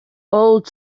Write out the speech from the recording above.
old